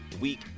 week